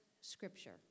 scripture